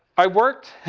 i worked.